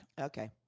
Okay